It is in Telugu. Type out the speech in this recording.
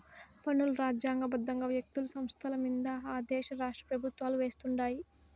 పన్నులు రాజ్యాంగ బద్దంగా వ్యక్తులు, సంస్థలమింద ఆ దేశ రాష్ట్రపెవుత్వాలు వేస్తుండాయి